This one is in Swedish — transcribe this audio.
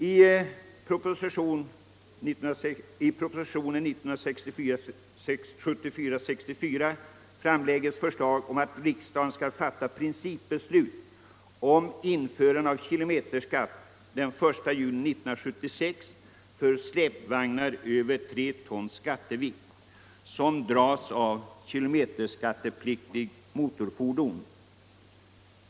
I propositionen 164 framläggs förslag om att riksdagen skall fatta principbeslut om införande av kilometerskatt den 1 juni 1976 för släpvagnar över 3 tons skattevikt, som dras av kilometerskattepliktigt motorfordon.